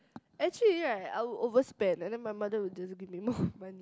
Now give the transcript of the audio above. actually right I will overspend and then my mother will just give me more money